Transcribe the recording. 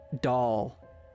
doll